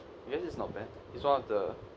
I guess it's not bad it's one of the